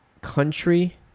country